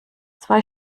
zwei